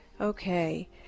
okay